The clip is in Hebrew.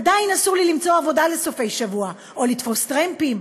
עדיין אסור לי למצוא עבודה בסופי שבוע או לתפוס טרמפים.